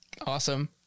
Awesome